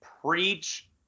preach